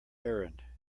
errand